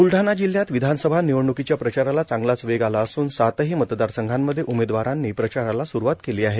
ब्लढाणा जिल्ह्यात विधानसभा निवडण्कीच्या प्रचाराला चांगलाच वेग आला असून सातही मतदारसंघांमध्ये उमेदवारांनी प्रचाराला सुरुवात केली आहे